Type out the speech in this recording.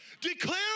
declare